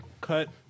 cut